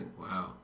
Wow